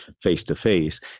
face-to-face